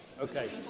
Okay